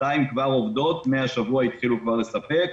שתיים כבר עובדות, מהשבוע התחילו כבר לספק,